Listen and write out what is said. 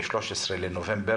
נפטר ב-13 בנובמבר.